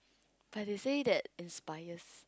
but they say that inspired